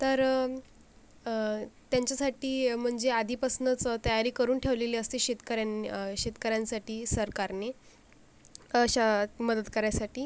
तर त्यांच्यासाठी म्हणजे आधीपासूनच तयारी करून ठेवलेली असते शेतकऱ्यांना शेतकऱ्यांसाठी सरकारने अशात मदत करण्यासाठी